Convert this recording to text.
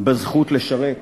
בזכות לשרת?